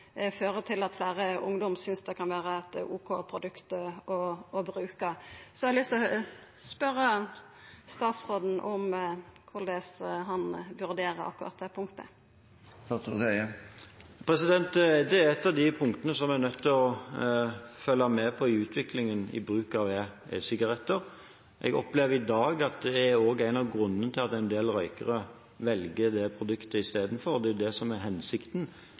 til at fleire ungdomar synest det kan vera eit ok produkt å bruka. Så eg har lyst til å spørja statsråden om korleis han vurderer akkurat det punktet. Det er et av de punktene som vi er nødt til å følge med på i utviklingen i bruk av e-sigaretter. Jeg opplever i dag at det også er en av grunnene til at en del røykere velger det produktet isteden. Det er det som er hensikten